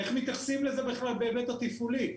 איך מתייחסים לזה בכלל בהיבט התפעולי?